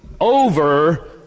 over